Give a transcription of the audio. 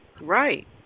right